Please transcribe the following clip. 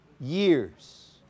years